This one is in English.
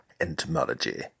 Entomology